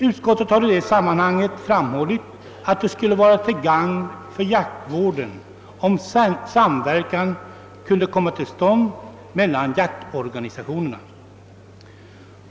Utskottet har i det sammanhanget framhållit att det skulle vara till gagn för jaktvården om samverkan kunde komma till stånd mellan jaktvårdsorganisationerna.